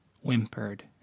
whimpered